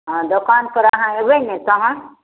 हँ दोकानपर अहाँ एबै ने तखन